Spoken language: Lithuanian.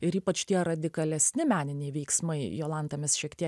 ir ypač tie radikalesni meniniai veiksmai jolanta mes šiek tiek